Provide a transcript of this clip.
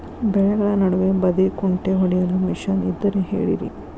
ಬೆಳೆಗಳ ನಡುವೆ ಬದೆಕುಂಟೆ ಹೊಡೆಯಲು ಮಿಷನ್ ಇದ್ದರೆ ಹೇಳಿರಿ